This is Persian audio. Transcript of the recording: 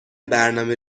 برنامه